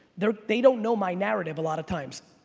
they they don't know my narrative a lot of times.